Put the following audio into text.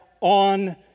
on